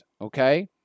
Okay